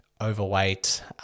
overweight